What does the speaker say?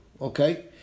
Okay